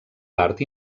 part